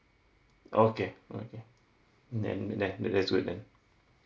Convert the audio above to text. okay then that that that's good then